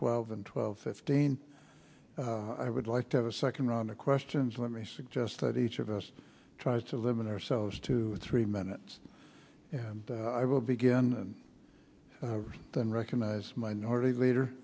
twelve and twelve fifteen i would like to have a second round of questions let me suggest that each of us tries to limit ourselves to three minutes and i will begin then recognize minority leader